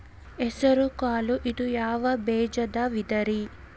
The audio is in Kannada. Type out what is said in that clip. ಹೆಸರುಕಾಳು ಇದು ಯಾವ ಬೇಜದ ವಿಧರಿ?